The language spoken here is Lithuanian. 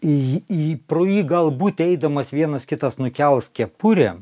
į į pro jį galbūt eidamas vienas kitas nukels kepurę